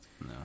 no